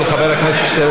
של חבר הכנסת בצלאל